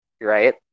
right